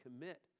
commit